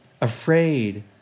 afraid